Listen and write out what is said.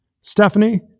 Stephanie